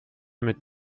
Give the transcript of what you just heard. mit